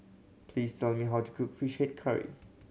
please tell me how to cook Fish Head Curry